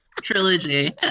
trilogy